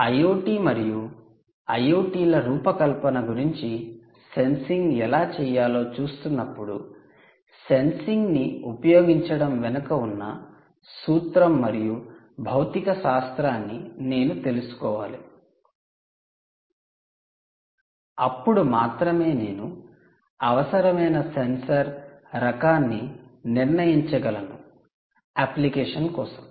IoT మరియు IoT ల రూపకల్పన గురించి సెన్సింగ్ ఎలా చెయ్యాలో చూస్తున్నప్పుడు సెన్సింగ్ ని ఉపయోగించడం వెనుక ఉన్న సూత్రం మరియు భౌతిక శాస్త్రాన్ని నేను తెలుసుకోవాలి అప్పుడు మాత్రమే నేను అవసరమైన సెన్సార్ రకాన్ని నిర్ణయించగలను అప్లికేషన్ కోసం